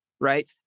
right